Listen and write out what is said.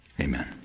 Amen